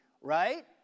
right